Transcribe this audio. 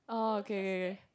okay